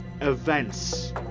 events